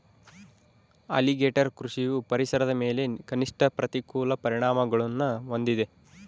alligator ಕೃಷಿಯು ಪರಿಸರದ ಮೇಲೆ ಕನಿಷ್ಠ ಪ್ರತಿಕೂಲ ಪರಿಣಾಮಗುಳ್ನ ಹೊಂದಿದೆ